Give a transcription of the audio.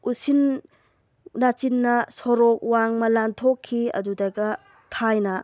ꯎꯆꯤꯟ ꯅꯥꯆꯤꯟꯅ ꯁꯣꯔꯣꯛ ꯋꯥꯡꯃ ꯂꯥꯟꯊꯣꯛꯈꯤ ꯑꯗꯨꯗꯒ ꯊꯥꯏꯅ